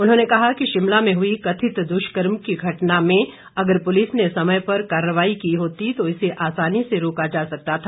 उन्होंने कहा कि शिमला में हुई कथित दुष्कर्म की घटना में अगर पुलिस ने समय पर कार्रवाई की होती तो इसे आसानी से रोका जा सकता था